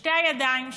בשתי הידיים שלי,